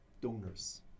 donors